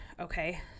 Okay